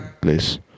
place